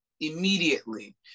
immediately